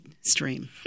stream